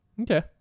Okay